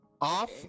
off